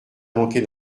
manquer